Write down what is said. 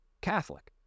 Catholic